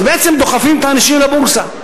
אז בעצם דוחפים את האנשים לבורסה.